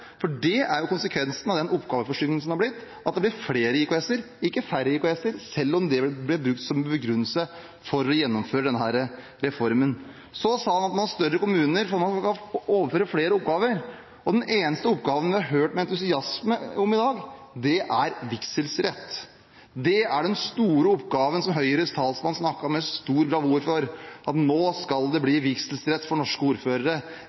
for det er jo konsekvensen av den oppgaveforskyvningen som har blitt; det blir flere IKS-er, ikke færre IKS-er, selv om det ble brukt som begrunnelse for å gjennomføre denne reformen. Så sa man at med større kommuner kan man overføre flere oppgaver. Den eneste oppgaven jeg har hørt entusiasme om i dag, det er vigselsrett. Det er den store oppgaven som Høyres talsmann snakket om med stor bravur, at nå skal det bli vigselsrett for norske ordførere.